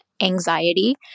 anxiety